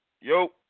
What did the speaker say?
Yo